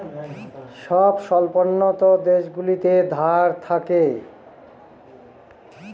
সব স্বল্পোন্নত দেশগুলোতে ধার থাকে